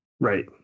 Right